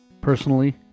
Personally